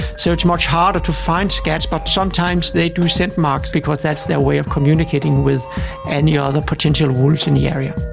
so it's much harder to find scats but sometimes they do scent marks because that's their way of communicating with any other potential wolves in the area.